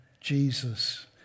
Jesus